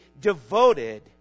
devoted